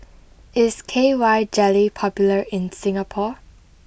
is K Y Jelly popular in Singapore